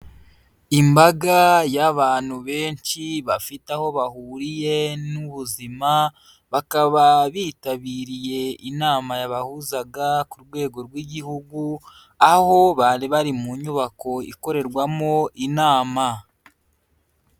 Imbaga y'abantu benshi bafite aho bahuriye n'ubuzima, bakaba bitabiriye inama yabahuzaga ku rwego rw'igihugu, aho bari bari mu nyubako ikorerwamo inama.